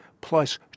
plus